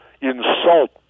insult